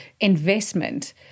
investment